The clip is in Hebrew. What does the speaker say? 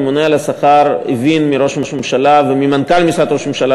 הממונה על השכר הבין מראש הממשלה וממנכ"ל משרד ראש הממשלה,